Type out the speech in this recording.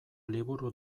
liburu